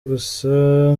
gusa